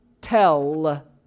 tell